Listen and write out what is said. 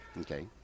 Okay